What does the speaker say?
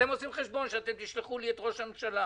אתם עושים חשבון שתשלחו אליי את ראש הממשלה.